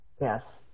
Yes